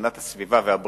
הגנת הסביבה והבריאות,